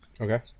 Okay